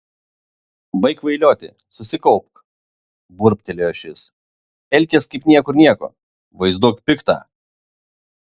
baik kvailioti susikaupk burbtelėjo šis elkis kaip niekur nieko vaizduok piktą